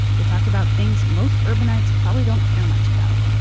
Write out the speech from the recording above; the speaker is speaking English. they talked about things most urbanites probably don't care much about,